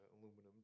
Aluminum